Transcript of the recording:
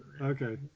Okay